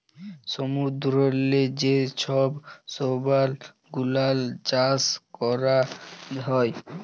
সমুদ্দূরেল্লে যে ছব শৈবাল গুলাল চাষ ক্যরা হ্যয়